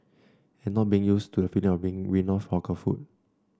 and not being used to the feeling of being weaned off hawker food